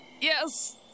Yes